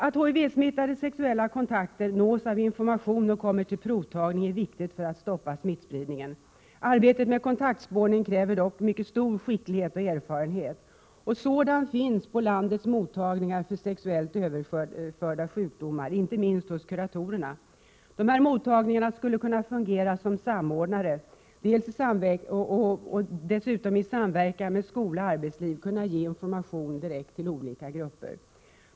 Att personer som haft sexuella kontakter med HIV-smittade nås av information och kommer till provtagning är viktigt för att man skall kunna stoppa smittspridningen. Arbetet med kontaktspårning kräver dock en omfattande skicklighet och erfarenhet. Sådan finns på landets mottagningar för sexuellt överförda sjukdomar, inte minst hos kuratorerna. Dessa mottagningar skulle kunna fungera dels som samordnare, dels i samverkan med t.ex. skola och arbetsliv och kunna ge information direkt till olika grupper.